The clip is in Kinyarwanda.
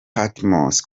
patmos